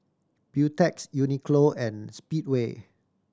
Beautex Uniqlo and Speedway